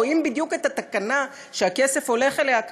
ורואים בדיוק את התקנה שהכסף הולך אליה.